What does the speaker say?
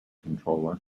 controller